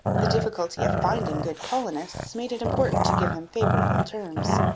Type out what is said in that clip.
the difficulty of finding good colonists made it important to give them favourable terms.